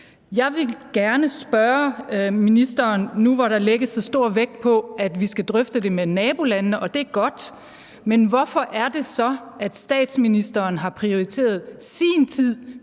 Jeg vil gerne spørge ministeren nu, hvor der lægges så stor vægt på, at vi skal drøfte det med nabolandene – og det er godt – hvorfor det så er, at statsministeren har prioriteret sin tid